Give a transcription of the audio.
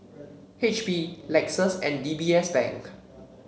H P Lexus and D B S Bank